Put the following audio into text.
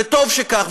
וטוב שכך,